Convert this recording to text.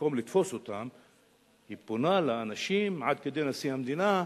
שבמקום לתפוס אותם הוא פונה לאנשים עד כדי נשיא המדינה,